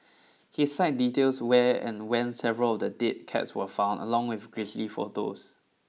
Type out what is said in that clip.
his site details where and when several of the dead cats were found along with grisly photos